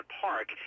Park